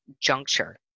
juncture